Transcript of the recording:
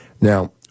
Now